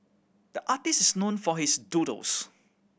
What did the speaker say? the artist is known for his doodles